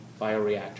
bioreactor